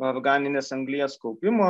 organinės anglies kaupimo